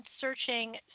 searching